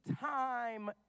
time